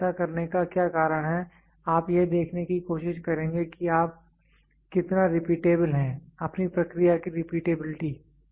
तो ऐसा करने का क्या कारण है आप यह देखने की कोशिश करेंगे कि आप कितना रिपीटेबल है अपनी प्रक्रिया की रिपीटेबिलिटी